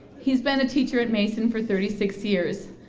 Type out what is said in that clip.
he's been a teacher at mason for thirty six years.